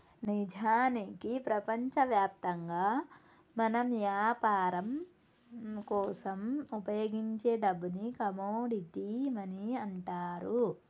నిజానికి ప్రపంచవ్యాప్తంగా మనం యాపరం కోసం ఉపయోగించే డబ్బుని కమోడిటీ మనీ అంటారు